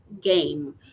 game